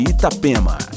Itapema